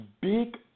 big